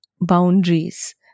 boundaries